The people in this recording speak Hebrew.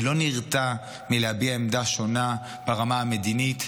אני לא נרתע מלהביע עמדה שונה ברמה המדינית,